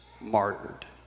martyred